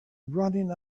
running